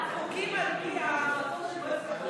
חוקים על פי מועצת גדולי